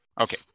Okay